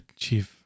chief